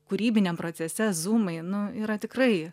kūrybiniam procese zūmai nu yra tikrai